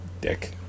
Dick